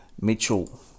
Mitchell